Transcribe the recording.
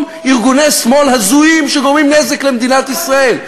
ארגוני שמאל הזויים שגורמים נזק למדינת ישראל.